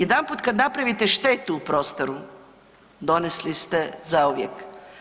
Jedanput kad napravite štetu u prostoru donesli ste zauvijek.